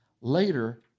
later